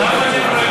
למה דברי בלע?